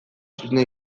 zuzena